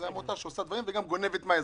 עושה דברים וגם גונבת מהאזרח,